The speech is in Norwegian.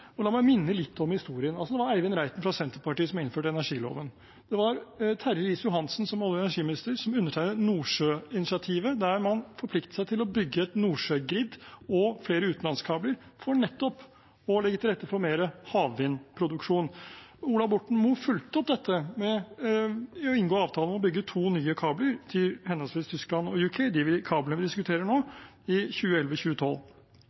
La meg minne litt om historien: Det var Eivind Reiten fra Senterpartiet som innførte energiloven. Det var Terje Riis-Johansen som olje- og energiminister som undertegnet Nordsjøinitiativet, der man forpliktet seg til å bygge et nordsjøgrid og flere utenlandskabler for nettopp å legge til rette for mer havvindproduksjon. Ola Borten Moe fulgte opp dette med å inngå avtale om å bygge to nye kabler til henholdsvis Tyskland og UK – de kablene vi diskuterer nå – i 2011 og 2012.